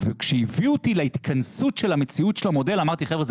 וכשהביאו אותי להתכנסות של המציאות של המודל אמרתי חבר'ה,